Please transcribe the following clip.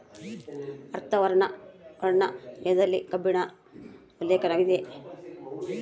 ಅಥರ್ವರ್ಣ ವೇದದಲ್ಲಿ ಕಬ್ಬಿಣ ಉಲ್ಲೇಖವಿದೆ